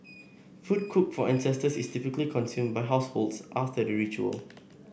food cooked for ancestors is typically consumed by households after the ritual